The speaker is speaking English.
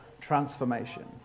transformation